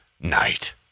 night